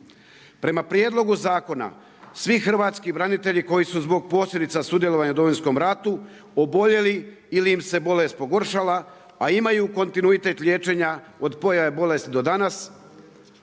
Prema prijedlogu zakona, svi hrvatski branitelji koji su zbog posljedica sudjelovanja u Domovinskom ratu, oboljeli ili im se bolest pogoršala, a imaju kontinuitet liječenja od pojave bolesti do danas,